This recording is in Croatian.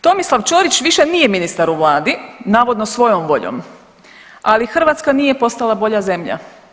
Tomislav Ćorić više nije ministar u Vladi, navodno svojom voljom, ali Hrvatska nije postala bolja zemlja.